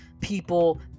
people